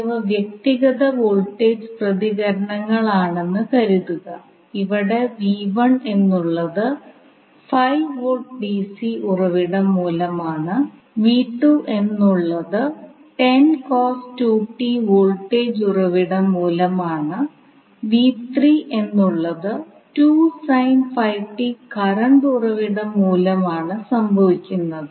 എന്നിവ വ്യക്തിഗത വോൾട്ടേജ് പ്രതികരണങ്ങൾ ആണെന്ന് കരുതുക ഇവിടെ എന്നുള്ളത് 5 V dc ഉറവിടം മൂലമാണ് എന്നുള്ളത് വോൾട്ടേജ് ഉറവിടം മൂലമാണ് എന്നുള്ളത് കറണ്ട് ഉറവിടം മൂലമാണ് സംഭവിക്കുന്നത്